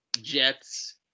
Jets